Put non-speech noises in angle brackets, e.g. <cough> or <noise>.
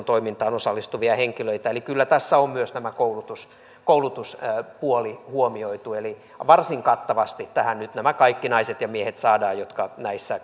<unintelligible> toimintaan osallistuvia henkilöitä eli kyllä tässä on myös tämä koulutuspuoli huomioitu eli varsin kattavasti tähän nyt saadaan nämä kaikki naiset ja miehet jotka näissä <unintelligible>